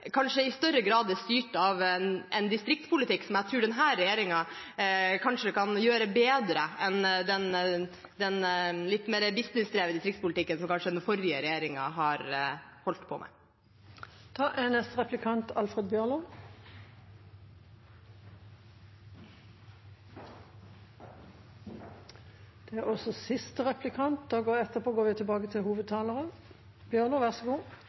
kanskje i større grad er styrt av en distriktspolitikk som er bedre – og som jeg tror denne regjeringen kanskje kan gjøre bedre – enn den litt mer businessdrevne distriktspolitikken som den forrige regjeringen har holdt på med. Eg synest alltid det er